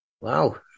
wow